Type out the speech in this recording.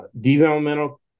developmental